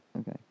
Okay